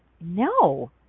no